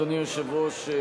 אדוני היושב-ראש,